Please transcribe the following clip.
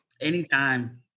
Anytime